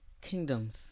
kingdoms